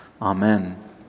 amen